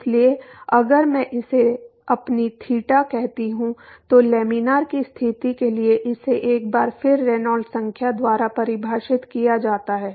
इसलिए अगर मैं इसे अपनी थीटा कहता हूं तो लैमिनार की स्थिति के लिए इसे एक बार फिर रेनॉल्ड्स संख्या द्वारा परिभाषित किया जाता है